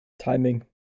Timing